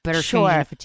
sure